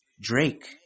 Drake